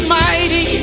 mighty